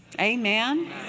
Amen